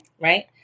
right